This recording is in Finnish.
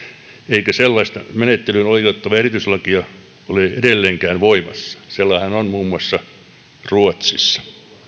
eikä sellaiseen menettelyyn oikeuttavaa erityislakia ole edelleenkään voimassa sellainenhan on muun muassa ruotsissa